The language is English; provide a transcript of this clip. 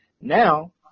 Now